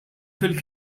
fil